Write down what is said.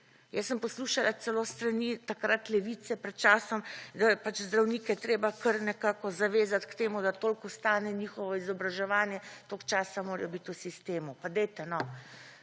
Jaz sem poslušala celo s strani takrat Levice pred časom, da pač zdravnike j treba kar nekako zavezati k temu, da toliko stane njihovi izobraževanje, toliko časa morajo biti v sistemu.